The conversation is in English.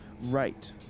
Right